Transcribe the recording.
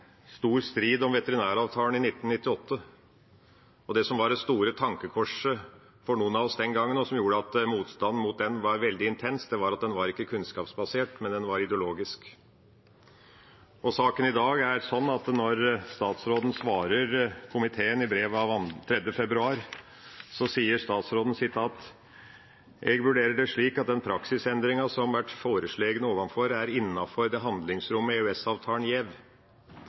stor strid om veterinæravtalen i 1998. Det som var det store tankekorset for noen av oss den gangen, og som gjorde at motstanden mot den var veldig intens, var at den ikke var kunnskapsbasert, men ideologisk. Til saken i dag svarer statsråden komiteen slik, i brev av 3. februar: «Eg vurderer det slik at den praksisendringa som vert foreslege ovanfor, er innanfor det handlingsrommet EØS-regelverket gjev.